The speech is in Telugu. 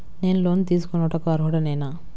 నేను లోన్ తీసుకొనుటకు అర్హుడనేన?